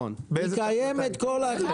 היא קיימת כל הזמן,